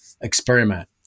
experiment